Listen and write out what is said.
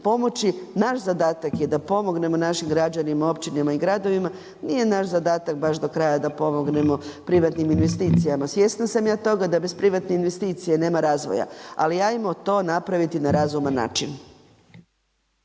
pomoći. Naš zadatak je da pomognemo našim građanima, općinama i gradovima. Nije naš zadatak baš do kraja da pomognemo privatnim investicijama. Svjesna sam ja toga da bez privatne investicije nema razvoja. Ali hajmo to napraviti na razuman način.